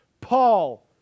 Paul